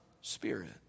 Spirit